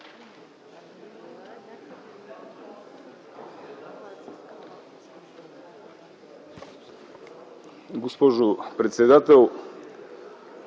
Госпожо председател,